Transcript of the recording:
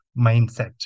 mindset